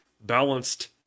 balanced